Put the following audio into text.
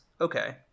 Okay